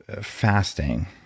fasting